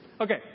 Okay